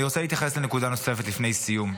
אני רוצה להתייחס לנקודה נוספת לפני סיום.